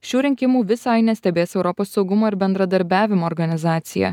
šių rinkimų visai nestebės europos saugumo ir bendradarbiavimo organizacija